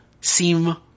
seem